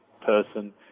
person